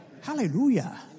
Hallelujah